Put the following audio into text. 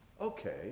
Okay